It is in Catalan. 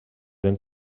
ben